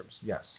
Yes